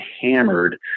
hammered